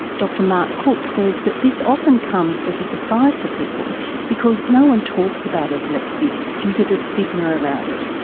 dr mark cook says that this often comes as surprise to people because no one talks about epilepsy, due to the stigma around it.